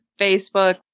Facebook